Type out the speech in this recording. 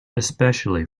especially